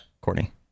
Courtney